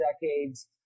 decades